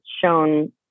shown